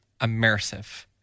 immersive